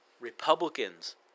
Republicans